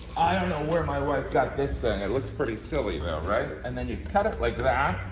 i don't know where my wife got this thing, it looks pretty silly though right? and then you cut it like that.